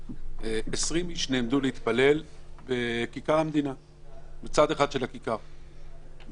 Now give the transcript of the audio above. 20 איש נעמדו להתפלל בצד אחד של כיכר המדינה,